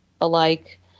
alike